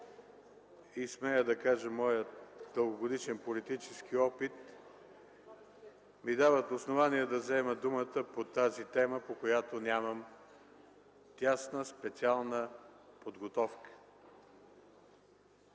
и, смея да кажа, моят дългогодишен политически опит ми дават основание да взема думата по тази тема, по която нямам тясна специална подготовка.